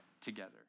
together